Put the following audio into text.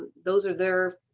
those are their